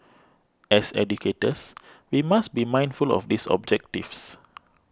as educators we must be mindful of these objectives